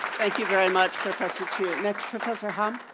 thank you very much, professor qu. next professor hahm.